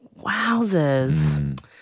Wowzers